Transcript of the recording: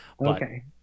Okay